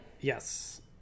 yes